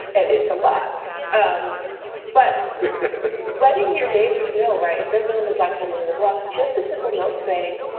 and it's a lot. um but letting your neighbors know, right. if they're the only black family in the block, just a simple note saying,